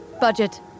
budget